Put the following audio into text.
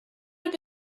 have